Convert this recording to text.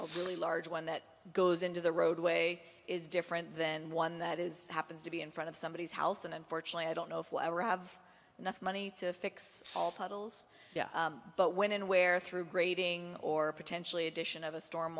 overly large one that goes into the roadway is different than one that is happens to be in front of somebody's house and unfortunately i don't know if we'll ever have enough money to fix all puddles but when and where through grading or potentially addition of a storm